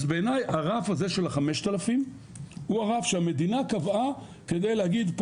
אז בעיניי הרף הזה של ה-5,000 הוא הרף שהמדינה קבעה כדי להגיד פה